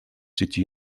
сети